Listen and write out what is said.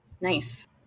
Nice